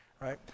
right